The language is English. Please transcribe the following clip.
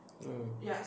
uh